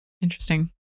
Interesting